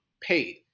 paid